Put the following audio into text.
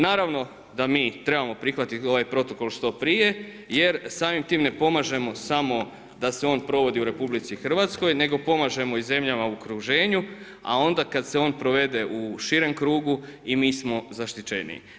Naravno da mi trebamo prihvatiti ovaj Protokol što prije jer samim tim ne pomažemo samo da se on provodi u Republici Hrvatskoj nego pomažemo i zemljama u okruženju, a onda kada se on provede u širem krugu i mi smo zaštićeniji.